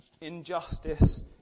injustice